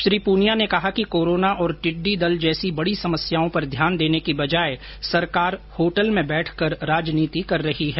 श्री पूनिया ने कहा कि कोरोना और टिड्डी दल जैसी बड़ी समस्याओं पर ध्यान देने की बजाए सरकार होटल में बैठकर राजनीति कर रही है